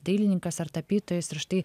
dailininkas ar tapytojas ir štai